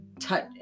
touch